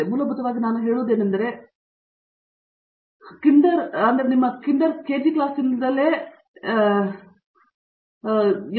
ಆದರೆ ಮೂಲಭೂತವಾಗಿ ನಾನು ನೋಡುವುದೇನೆಂದರೆ ಕಿಂಡರ್ ತೋಟದಿಂದಲೇ ಅಂಡರ್ಗ್ರಾಡ್ ಎಂದು ಹೇಳಲು ಅಥವಾ ಎಂ